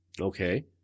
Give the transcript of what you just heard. Okay